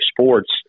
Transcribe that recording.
sports